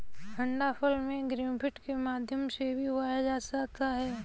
अंडाफल को ग्राफ्टिंग के माध्यम से भी उगाया जा सकता है